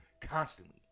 constantly